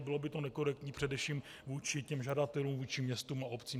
Bylo by to nekorektní především vůči těm žadatelům, vůči městům a obcím.